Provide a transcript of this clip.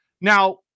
Now